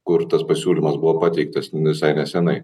kur tas pasiūlymas buvo pateiktas visai nesenai